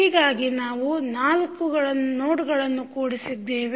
ಹೀಗಾಗಿ ನಾವು 4 ಗಳನ್ನು ಕೂಡಿಸಿದ್ದೇವೆ